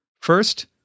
First